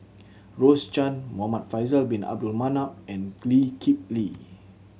Rose Chan Muhamad Faisal Bin Abdul Manap and Lee Kip Lee